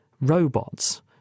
robots